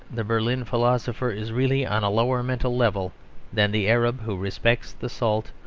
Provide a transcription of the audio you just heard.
the berlin philosopher is really on a lower mental level than the arab who respects the salt,